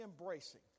embracing